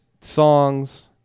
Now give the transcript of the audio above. songs